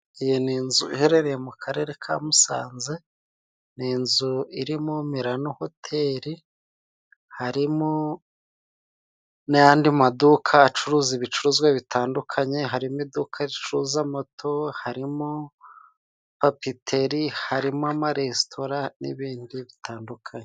Iyi ni inzu iherereye mu karere ka Musanze, ni inzu irimo Mirano hoteli, harimo n'andi maduka acuruza ibicuruzwa bitandukanye, harimo iduka ricuruza moto, harimo bapiteri, harimo amaresitora n'ibindi bitandukanye.